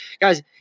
Guys